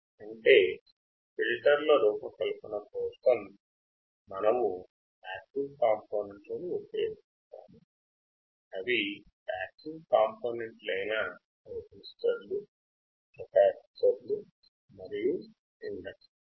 అంటే ఫిల్టర్ల రూపకల్పన కోసం మనము పాసివ్ కాంపోనెంట్లను ఉపయోగిస్తాము అవి పాసివ్ కాంపోనెంట్లయిన రెసిస్టర్లు కెపాసిటర్లు మరియు ఇండక్ట్లర్లు